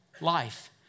Life